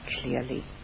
clearly